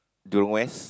Jurong West